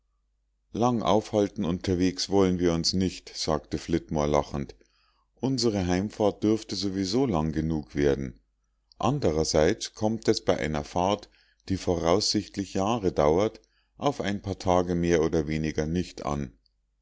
lang aufhalten unterwegs wollen wir uns nicht sagte flitmore lachend unsere heimfahrt dürfte so wie so lang genug werden andererseits kommt es bei einer fahrt die voraussichtlich jahre dauert auf ein paar tage mehr oder weniger nicht an